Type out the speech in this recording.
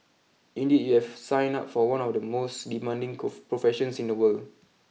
indeed you have signed up for one of the most demanding professions in the world